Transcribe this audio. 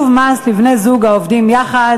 הרבנות הראשית לישראל